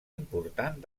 important